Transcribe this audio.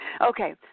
okay